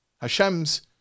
Hashem's